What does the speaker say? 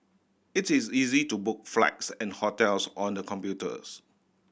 it is easy to book flights and hotels on the computers